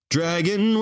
Dragon